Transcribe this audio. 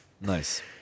Nice